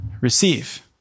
receive